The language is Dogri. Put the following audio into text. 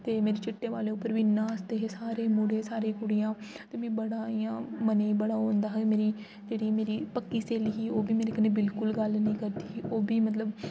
ते मेरे चिट्टें बालें उप्पर बी इन्ना हसदे हे सारे मुड़े सारी कुड़ियां ते मी बड़ा इ'यां मनै गी बड़ा ओह् होंदा हा मेरी जेह्ड़ी मेरी पक्की स्हेली ही ओह् बी मेरे कन्नै बिलकुल गल्ल नी करदी ही ओह् बी मतलब